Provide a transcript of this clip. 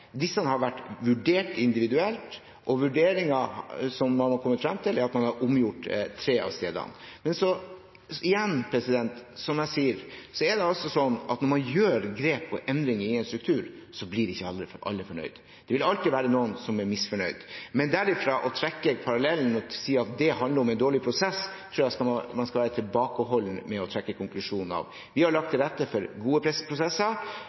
Disse har blitt vurdert individuelt, og vurderingen som man har kommet frem til, er at man har omgjort tre av stedene. Det er altså slik, som jeg sier, at når man gjør grep og endringer i en struktur, blir ikke alle fornøyde. Det vil alltid være noen som er misfornøyde. Men derfra å trekke parallellen og konkludere med at dette handler om en dårlig prosess, tror jeg man skal være tilbakeholden med. Vi har lagt til rette for gode prosesser, og vi